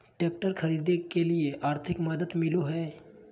Tractor खरीदे के लिए आर्थिक मदद मिलो है?